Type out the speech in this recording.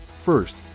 First